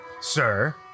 Sir